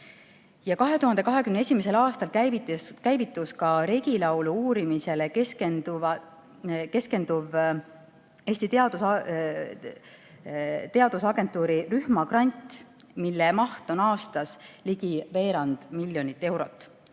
2021. aastal käivitus ka regilaulu uurimisele keskendatav Eesti Teadusagentuuri rühmagrant, mille maht on aastas ligi veerand miljonit eurot.